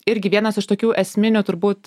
irgi vienas iš tokių esminių turbūt